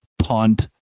punt